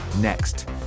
next